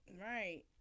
right